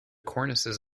cornices